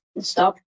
stop